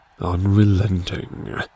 unrelenting